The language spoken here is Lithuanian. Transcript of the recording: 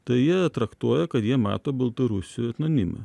tai jie traktuoja kad jie mato baltarusių etnonimą